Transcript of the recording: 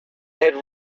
had